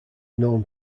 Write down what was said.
known